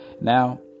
Now